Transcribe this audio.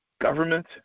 government